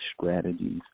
strategies